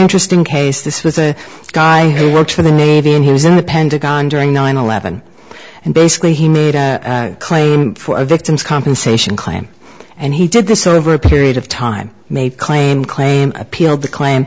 interesting case this with a guy who works for the navy and he was in the pentagon during nine eleven and basically he made a claim for a victim's compensation claim and he did this over a period of time made claim claim appealed the claim